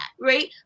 right